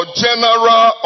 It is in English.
general